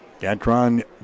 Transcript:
Gatron